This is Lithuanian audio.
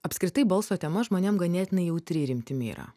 apskritai balso tema žmonėm ganėtinai jautri ir intimi yra